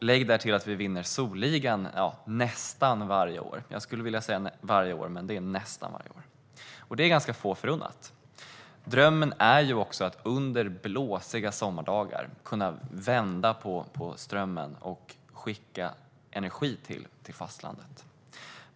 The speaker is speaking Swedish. Lägg därtill att vi vinner solligan nästan varje år. Det är få förunnat. Drömmen är också att under blåsiga sommardagar kunna vända på strömmen och skicka energi till fastlandet.